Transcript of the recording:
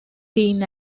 seen